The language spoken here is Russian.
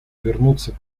вернуться